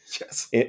yes